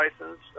license